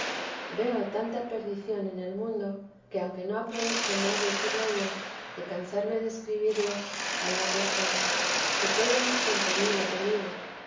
veo tanta perdición en el mundo que aunque no aproveche más decirlo yo de cansarme describirlo me es descanso que todo es contra mí lo que digo